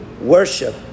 worship